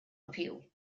appeal